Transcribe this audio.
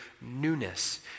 newness